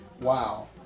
wow